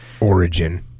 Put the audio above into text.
Origin